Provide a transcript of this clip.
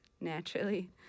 naturally